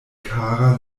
kara